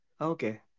okay